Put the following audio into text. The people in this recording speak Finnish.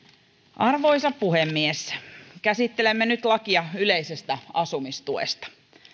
arvoisa puhemies käsittelemme nyt lakia yleisestä asumistuesta